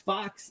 Fox